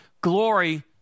glory